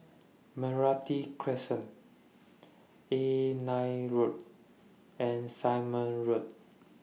Meranti Crescent A nine Road and Simon Road